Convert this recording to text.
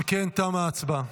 אם כן, תמה ההצבעה.